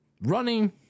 running